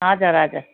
हजुर हजुर